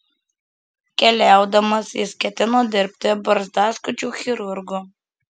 keliaudamas jis ketino dirbti barzdaskučiu chirurgu